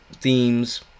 themes